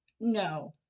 No